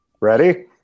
Ready